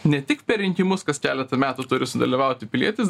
ne tik per rinkimus kas keleta metų turi sudalyvauti pilietis